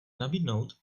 nabídnout